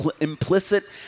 implicit